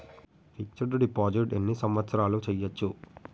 Fix డ్ deposit ఎన్ని సంవత్సరాలు చేయచ్చు?